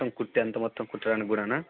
మొత్తం కుడితే ఎంత మొత్తం కుట్టడానికి కూడాన